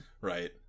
right